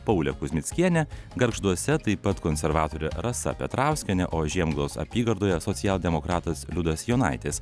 paulė kuzmickienė gargžduose taip pat konservatorė rasa petrauskienė o žiemgalos apygardoje socialdemokratas liudas jonaitis